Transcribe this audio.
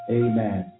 amen